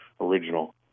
original